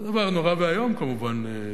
זה דבר נורא ואיום, כמובן.